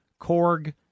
Korg